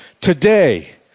Today